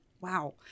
wow